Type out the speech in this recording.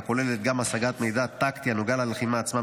שכוללת גם השגת מידע טקטי הנוגע ללחימה עצמה,